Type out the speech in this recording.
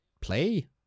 play